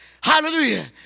Hallelujah